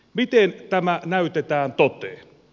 miten tämä näytetään toteen